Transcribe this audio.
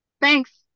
Thanks